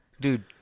dude